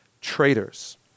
traitors